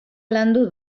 landu